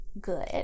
good